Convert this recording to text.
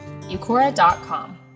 Eucora.com